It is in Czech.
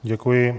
Děkuji.